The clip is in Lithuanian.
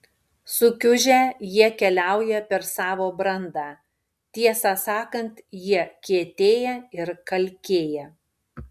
sukiužę jie keliauja per savo brandą tiesą sakant jie kietėja ir kalkėja